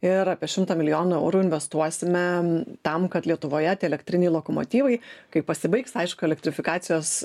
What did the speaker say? ir apie šimtą milijonų eurų investuosime tam kad lietuvoje tie elektriniai lokomotyvai kai pasibaigs aišku elektrifikacijos